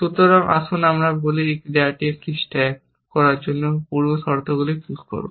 সুতরাং আসুন আমরা বলি এই ক্রিয়াটি একটি স্ট্যাক করার জন্য পূর্ব শর্তগুলি পুশ করুন